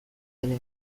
ere